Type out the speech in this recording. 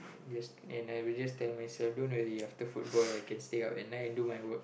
just and I will just tell myself don't worry after football I can stay up at night and do my work